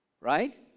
right